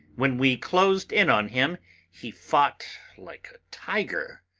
when we closed in on him he fought like a tiger.